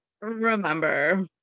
remember